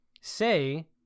Say